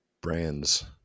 brands